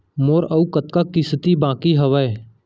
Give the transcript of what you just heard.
मोर अऊ कतका किसती बाकी हवय?